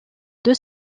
deux